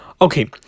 Okay